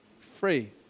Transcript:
Free